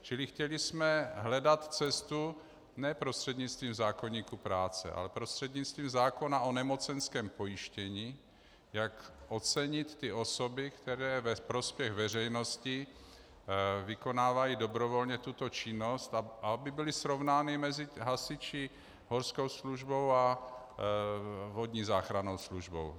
Čili chtěli jsme hledat cestu ne prostřednictvím zákoníku práce, ale prostřednictvím zákona o nemocenském pojištění, jak ocenit ty osoby, které ve prospěch veřejnosti vykonávají dobrovolně tuto činnost, a aby byly srovnány mezi hasiče, horskou službu a vodní záchrannou službu.